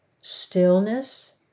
stillness